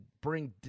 bring